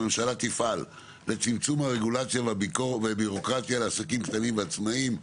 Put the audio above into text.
הממשלה תפעל לצמצום הרגולציה והביורוקרטיה לעסקים קטנים ועצמאים,